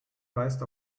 weist